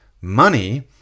money